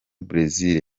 brazil